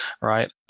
right